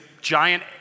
giant